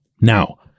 now